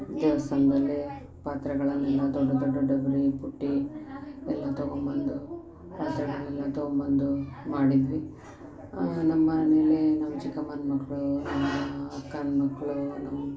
ದೇವಸ್ಥಾನದಲ್ಲಿ ಪಾತ್ರೆಗಳನ್ನೆಲ್ಲ ದೊಡ್ಡ ದೊಡ್ಡ ಡಬ್ರಿ ಬುಟ್ಟಿ ಎಲ್ಲ ತಗೊಂಡ್ಬಂದು ಪಾತ್ರೆಗಳೆಲ್ಲ ತಗೊಂಡ್ಬಂದು ಮಾಡಿದ್ವಿ ನಮ್ಮ ಮನೇಲಿ ನಮ್ಮ ಚಿಕ್ಕಮ್ಮನ ಮಕ್ಕಳು ನಮ್ಮ ಅಕ್ಕನ ಮಕ್ಕಳು ನಮ್ಮ